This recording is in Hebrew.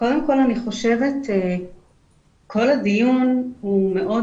קודם כל אני חושבת שכל הדיון הוא מאוד